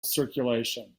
circulation